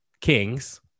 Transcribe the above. kings